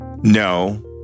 No